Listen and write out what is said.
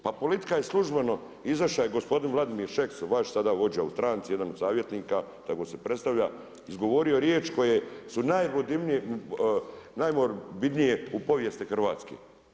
Pa politika je službeno, izašao je gospodin Vladimir Šeks, ovaj sad vođa u stranci, jedan od savjetnika, tako se predstavlja, izgovorio riječ koje su najmorbidnije u povijesti Hrvatske.